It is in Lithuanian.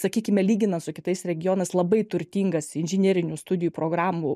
sakykime lyginant su kitais regionais labai turtingas inžinerinių studijų programų